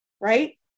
right